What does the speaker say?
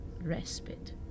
respite